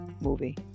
movie